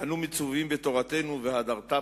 אדוני היושב-ראש,